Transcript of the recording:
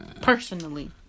Personally